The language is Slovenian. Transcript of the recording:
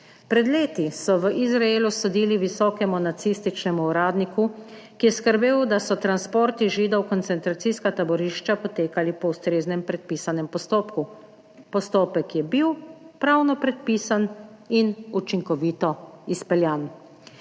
Pred leti so v Izraelu sodili visokemu nacističnemu uradniku, ki je skrbel, da so transporti Židov v koncentracijska taborišča potekali po ustreznem, predpisanem postopku. Postopek je bil pravno predpisan in učinkovito izpeljan.